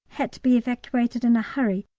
had to be evacuated in a hurry,